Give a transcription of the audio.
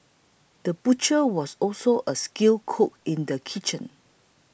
the butcher was also a skilled cook in the kitchen